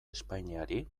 espainiari